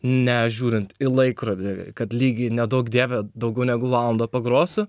ne žiūrint į laikrodį kad lygiai neduok dieve daugiau negu valandą pagrosiu